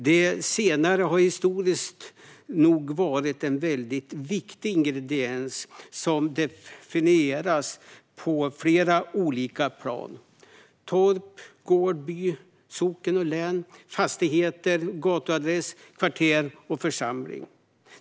Det senare har historiskt nog varit en väldigt viktig ingrediens, som definierats på flera olika plan: torp, gård, by, socken, län, fastighet, gatuadress, kvarter och församling.